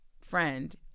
friend